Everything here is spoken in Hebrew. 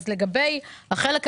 אז לגבי החלק הראשון,